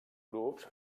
grups